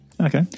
okay